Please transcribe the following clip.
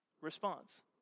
response